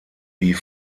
die